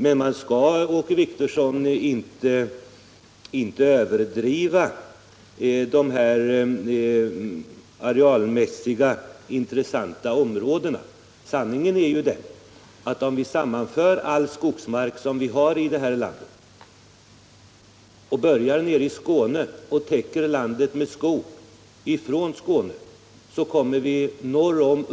Men man skall inte överdriva de arealmässigt intressanta områdena. Om vi sammanför all skogsmark som vi har i detta land och täcker den med skog med början i Skåne, kommer vi upp till norr om